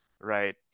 right